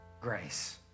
grace